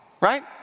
Right